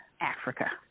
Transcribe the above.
Africa